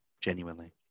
Genuinely